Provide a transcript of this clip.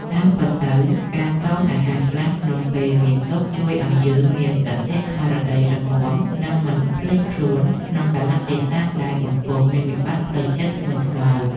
តាមពិតទៅការតមអាហារខ្លះក្នុងពេលមានទុក្ខជួយឱ្យយើងមានសតិស្មារតីរឹងមាំ និងមិនភ្លេចខ្លួនក្នុងកាលៈទេសៈដែលកំពុងមានវិបត្តិផ្លូវចិត្តធ្ងន់ធ្ងរ។